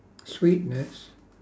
sweetness